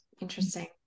Interesting